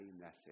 message